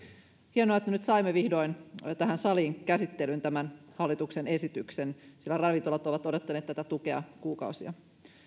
hienoa että nyt saimme vihdoin tähän saliin käsittelyyn tämän hallituksen esityksen sillä ravintolat ovat odottaneet tätä tukea kuukausia